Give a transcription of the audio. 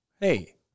hey